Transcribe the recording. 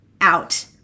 Out